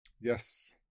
Yes